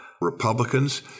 Republicans